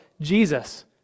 jesus